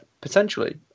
potentially